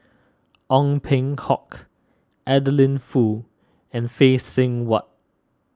Ong Peng Hock Adeline Foo and Phay Seng Whatt